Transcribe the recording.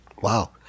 Wow